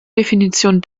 definition